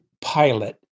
pilot